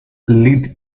lead